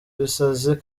ibisazi